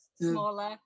smaller